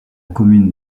commune